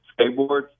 skateboards